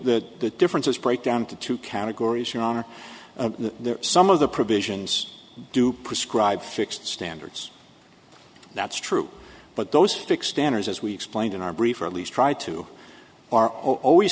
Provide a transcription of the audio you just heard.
the differences break down to two categories your honor there are some of the provisions do prescribe fixed standards that's true but those fics standards as we explained in our brief or at least try to are always